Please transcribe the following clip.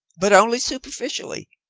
but only superficially,